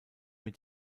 mit